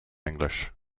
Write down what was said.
english